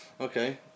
Okay